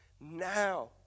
now